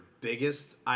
biggest